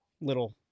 little